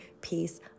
peace